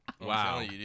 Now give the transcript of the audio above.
Wow